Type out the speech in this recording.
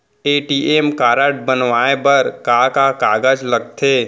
ATM card बनवाये बर का का कागज लगथे?